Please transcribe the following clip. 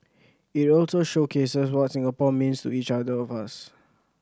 it also showcases what Singapore means to each other of us